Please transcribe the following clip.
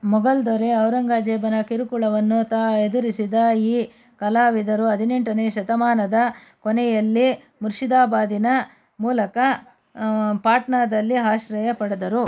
ಮೊಘಲ್ ದೊರೆ ಔರಂಗಜೇಬನ ಕಿರುಕುಳವನ್ನು ತಾ ಎದುರಿಸಿದ ಈ ಕಲಾವಿದರು ಹದಿನೆಂಟನೇ ಶತಮಾನದ ಕೊನೆಯಲ್ಲಿ ಮುರ್ಷಿದಾಬಾದಿನ ಮೂಲಕ ಪಾಟ್ನಾದಲ್ಲಿ ಆಶ್ರಯ ಪಡೆದರು